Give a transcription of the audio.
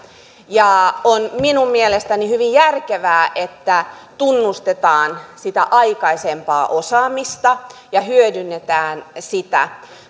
ja on minun mielestäni hyvin järkevää että tunnustetaan sitä aikaisempaa osaamista ja hyödynnetään sitä